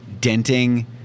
denting